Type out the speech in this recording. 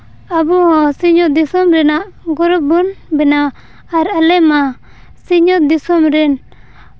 ᱟᱵᱚ ᱥᱤᱧᱚᱛ ᱫᱤᱥᱚᱢ ᱨᱮᱱᱟᱜ ᱜᱚᱨᱚᱵᱽ ᱵᱚᱱ ᱵᱮᱱᱟᱣᱟ ᱟᱨ ᱟᱞᱮ ᱢᱟ ᱥᱤᱧ ᱚᱛ ᱫᱤᱥᱚᱢ ᱨᱮᱱ